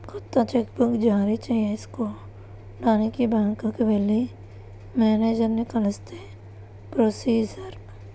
కొత్త cheque book జారీ చేయించుకోడానికి బ్యాంకుకి వెళ్లి మేనేజరుని కలిస్తే ప్రొసీజర్